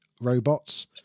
robots